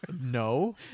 No